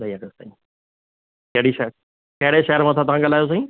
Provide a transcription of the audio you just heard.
ॾही अगस्त ताईं कहिड़ी शइ कहिड़े शहर मां तव्हां ॻाल्हायो साईं